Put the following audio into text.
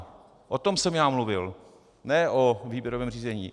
O tom jsem já mluvil, ne o výběrovém řízení.